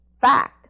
fact